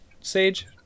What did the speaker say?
Sage